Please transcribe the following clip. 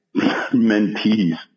mentees